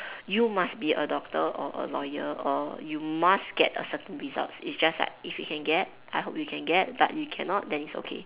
you must be a doctor or a lawyer or you must get a certain results is just like if you can get I hope you can get but if you cannot then it's okay